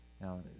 Now